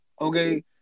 okay